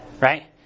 right